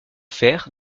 faire